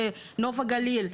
בנוף הגליל,